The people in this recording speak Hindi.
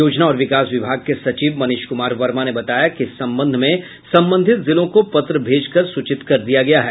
योजना और विकास विभाग के सचिव मनीष कुमार वर्मा ने बताया कि इस संबंध में संबंधित जिलों को पत्र भेज कर सूचित कर दिया गया है